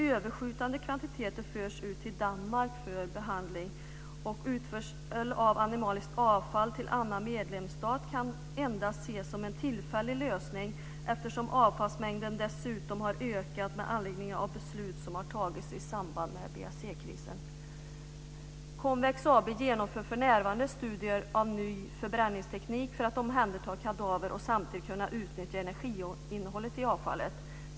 Överskjutande kvantiteter förs till Danmark för bearbetning. Utförsel av animaliskt avfall till annan medlemsstat kan endast ses som en tillfällig lösning, eftersom avfallsmängden dessutom har ökat med anledning av beslut som har fattats i samband med BSE-krisen. Konvex AB genomför för närvarande studier av ny förbränningsteknik för att omhänderta kadaver och samtidigt kunna utnyttja energiinnehållet i avfallet.